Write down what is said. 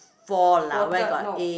quarter no